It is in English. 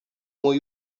more